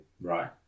Right